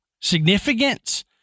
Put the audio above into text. significance